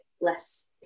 less